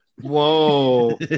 Whoa